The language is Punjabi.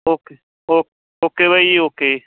ਓਕੇ ਓ ਓਕੇ ਬਾਈ ਜੀ ਓਕੇ